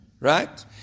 Right